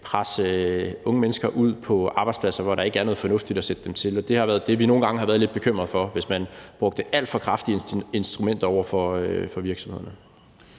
presse unge mennesker ud på arbejdspladser, hvor der ikke er noget fornuftigt at sætte dem til. Det har været det, vi nogle gange har været lidt bekymrede for, hvis man brugte alt for kraftige instrumenter over for virksomhederne.